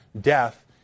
death